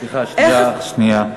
סליחה, שנייה.